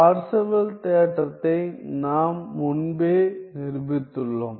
Parseval தேற்றத்தை நாம் முன்பே நிரூபித்துள்ளோம்